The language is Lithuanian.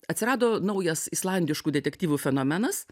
atsirado naujas islandiškų detektyvų fenomenas